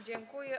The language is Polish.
Dziękuję.